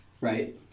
right